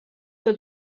que